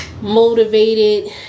motivated